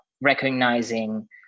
recognizing